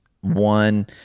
One